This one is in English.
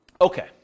Okay